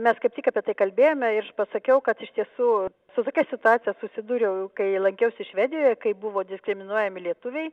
mes kaip tik apie tai kalbėjome ir aš pasakiau kad iš tiesų su tokia situacija susidūriau kai lankiausi švedijoje kai buvo diskriminuojami lietuviai